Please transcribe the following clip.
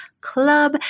club